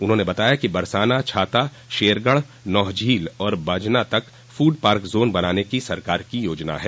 उन्होंने बताया कि बसराना छाता शेरगढ़ नौहझील और बाजना तक फूड पार्क जोन बनाने की सरकार की योजना है